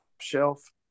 Shelf